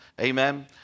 amen